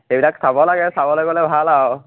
সেইবিলাক চাব লাগে চাবলৈ গ'লে ভাল আৰু